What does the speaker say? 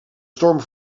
storm